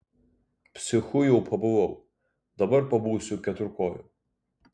psichu jau pabuvau dabar pabūsiu keturkoju